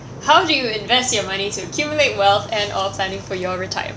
how do you invest your money to accumulate wealth and are planning for your retirement